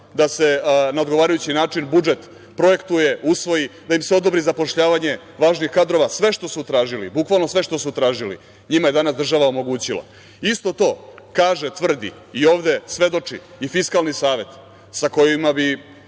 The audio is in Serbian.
da se na odgovarajući način budžet projektuje, usvoji, da im se odobri zapošljavanje važnih kadrova, sve što su tražili, bukvalno sve što su tražili njima je danas država omogućila. Isto to kaže, tvrdi i ovde svedoči i Fiskalni savet sa kojima bi